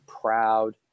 proud